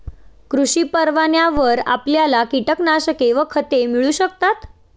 कृषी परवान्यावर आपल्याला कीटकनाशके आणि खते मिळू शकतात